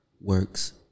works